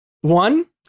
One